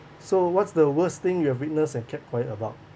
so what's the worst thing you have witnessed and kept quiet about